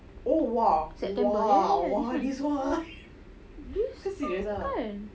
september this month kan